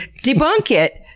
debunk it!